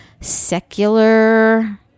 secular